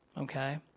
okay